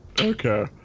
okay